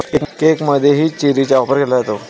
केकमध्येही चेरीचा वापर केला जातो